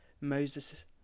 Moses